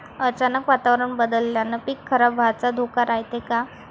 अचानक वातावरण बदलल्यानं पीक खराब व्हाचा धोका रायते का?